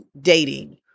dating